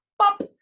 pop